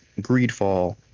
Greedfall